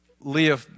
Leah